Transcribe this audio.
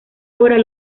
horas